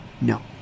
No